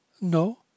No